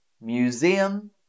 museum